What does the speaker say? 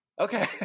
Okay